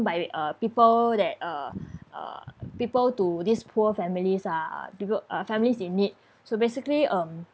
by we~ uh people that uh uh people to this poor families lah people families in need so basically um